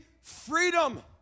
freedom